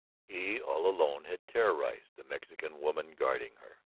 he, all alone, had terrorized the mexican woman guarding her,